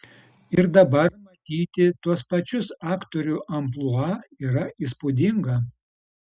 ir dabar matyti tuos pačius aktorių amplua yra įspūdinga